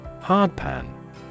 Hardpan